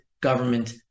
government